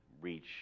reach